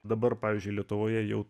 dabar pavyzdžiui lietuvoje jau